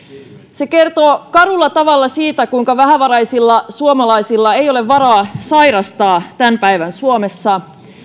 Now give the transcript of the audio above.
se kertoo karulla tavalla siitä kuinka vähävaraisilla suomalaisilla ei ole varaa sairastaa tämän päivän suomessa